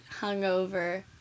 hungover